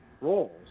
roles